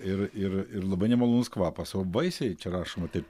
ir ir ir labai nemalonus kvapas o vaisiai čia rašoma taip